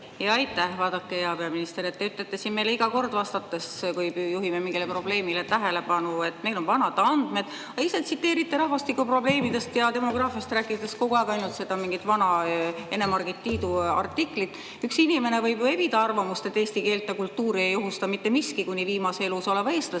Aitäh! Vaadake, hea peaminister, te ütlete siin meile vastates iga kord, kui me juhime mingile probleemile tähelepanu, et meil on vanad andmed. Aga ise tsiteerite rahvastikuprobleemidest ja demograafiast rääkides kogu aeg ainult mingit vana Ene-Margit Tiidu artiklit. Üks inimene võib ju evida arvamust, et eesti keelt ja kultuuri ei ohusta mitte miski kuni viimase elus oleva eestlaseni,